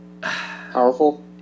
powerful